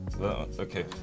Okay